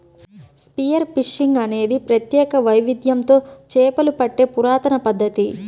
spear fishing అనేది ప్రత్యేక వైవిధ్యంతో చేపలు పట్టే పురాతన పద్ధతి